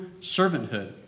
servanthood